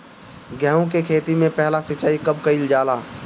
गेहू के खेती मे पहला सिंचाई कब कईल जाला?